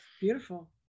Beautiful